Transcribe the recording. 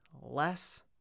less